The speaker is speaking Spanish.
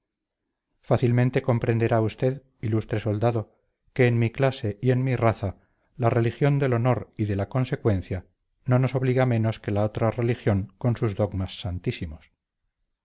fácilmente comprenderá usted ilustre soldado que en mi clase y en mi raza la religión del honor y de la consecuencia no nos obliga menos que la otra religión con sus dogmas santísimos